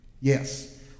Yes